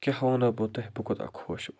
کیٛاہ وَنہو بہٕ تۄہہِ بہٕ کوٗتاہ خۄش اوسُس